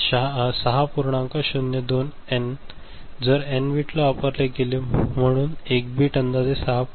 02 N जर N bit वापरला गेला म्हणून म्हणून एक बिट अंदाजे 6